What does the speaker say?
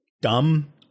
dumb